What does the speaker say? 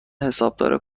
حسابدار